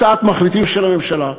הצעת מחליטים של הממשלה.